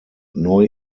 neu